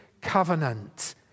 covenant